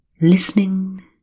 listening